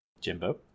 Jimbo